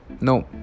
No